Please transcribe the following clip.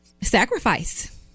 sacrifice